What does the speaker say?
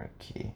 okay